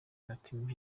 agatima